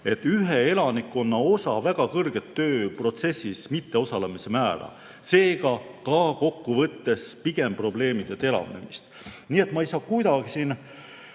osa elanikkonna väga kõrget tööprotsessis mitteosalemise määra, seega kokkuvõttes pigem probleemide teravnemist. Nii et ma ei saa kuidagi aru